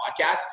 Podcast